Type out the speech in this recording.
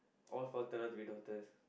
all four turn out to be daughters